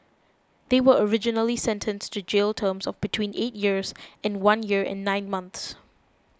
they were originally sentenced to jail terms of between eight years and one year and nine months